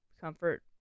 comfort